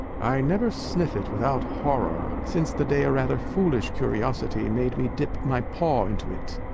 i never sniff it without horror, since the day a rather foolish curiosity made me dip my paw into it.